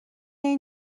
این